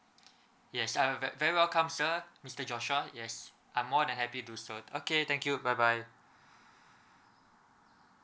yes I'm ve~ very welcome sir mister joshua yes I'm more than happy to serve okay thank you bye bye